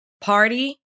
party